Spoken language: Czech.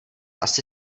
asi